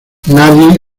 nadie